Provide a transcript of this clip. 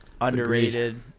underrated